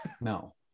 no